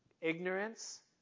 ignorance